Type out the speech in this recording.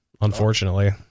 unfortunately